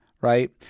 right